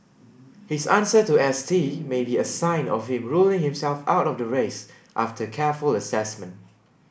his answer to S T may be a sign of him ruling himself out of the race after careful assessment